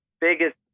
biggest